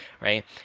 right